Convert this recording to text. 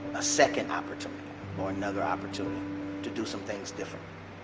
a second opportunity or another opportunity to do some things different.